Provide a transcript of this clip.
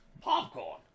popcorn